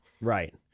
Right